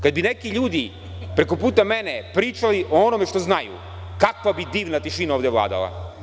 Kad bi neki ljudi preko puta mene pričali o onome što znaju, kakva bi divna tišina ovde vladala.